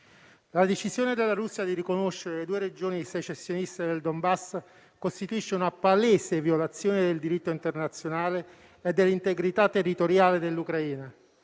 La decisione della Russia di riconoscere le due regioni secessioniste del Donbass costituisce una palese violazione del diritto internazionale e dell'integrità territoriale dell'Ucraina.